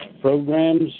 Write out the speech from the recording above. programs